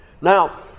Now